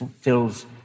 fills